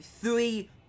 three